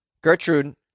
Gertrude